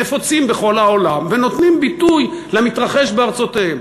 נפוצים בכל העולם ונותנים ביטוי למתרחש בארצותיהם,